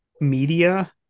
media